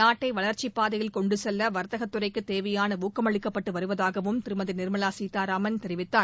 நாட்டை வளர்ச்சிப்பாதையில் கொண்டுசெல்ல வர்த்தகத்துறைக்கு தேவையான ஊக்கமளிக்கப்பட்டு வருவதாகவும் திருமதி நிர்மலா சீதாராமன் தெரிவித்தார்